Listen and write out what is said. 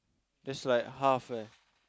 that's like half leh